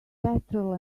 petrol